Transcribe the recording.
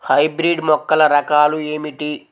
Hybrid మొక్కల రకాలు ఏమిటీ?